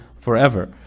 forever